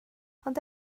ond